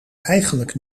eigenlijk